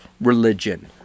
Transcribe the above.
religion